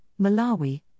Malawi